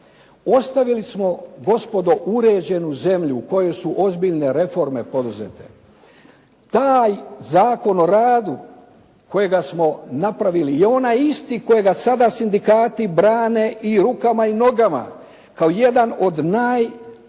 Ostavili smo gospodo uređenu zemlju u kojoj su ozbiljne reforme poduzete. Taj Zakon o radu kojega smo napravili i onaj isti kojeg sada sindikati brane i rukama i nogama, kao jedan od najsocijalnih